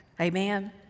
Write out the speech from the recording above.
Amen